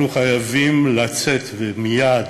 אנחנו חייבים לצאת ומייד